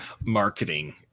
marketing